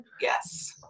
yes